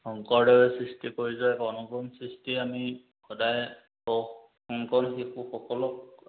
শংকৰদেৱে সৃষ্টি কৰি যোৱা অনুপম সৃষ্টি আমি সদায় শিশুসকলক